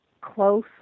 close